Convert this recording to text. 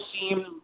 seem